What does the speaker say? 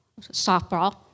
softball